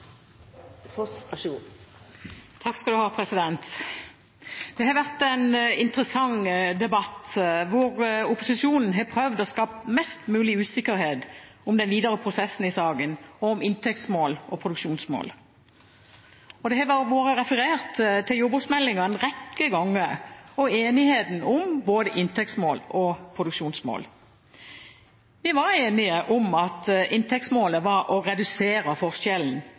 Det har vært en interessant debatt, hvor opposisjonen har prøvd å skape mest mulig usikkerhet om den videre prosessen i saken, og om inntektsmål og produksjonsmål. Det har også vært referert til jordbruksmeldingen en rekke ganger og enigheten om både inntektsmål og produksjonsmål. Vi var enige om at inntektsmålet var å redusere forskjellen